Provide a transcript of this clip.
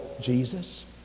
Jesus